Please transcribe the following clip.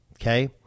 okay